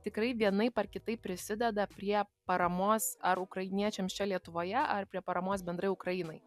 tikrai vienaip ar kitaip prisideda prie paramos ar ukrainiečiams čia lietuvoje ar prie paramos bendrai ukrainai